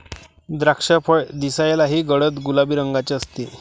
द्राक्षफळ दिसायलाही गडद गुलाबी रंगाचे असते